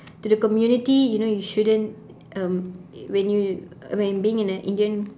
to the community you know you shouldn't um when you when in being in a indian